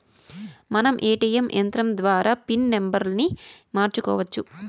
మనం ఏ.టీ.యం యంత్రం ద్వారా పిన్ నంబర్ని మార్చుకోవచ్చు